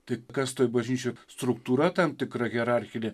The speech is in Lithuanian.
tai kas toj bažnyčių struktūra tam tikra hierarchinė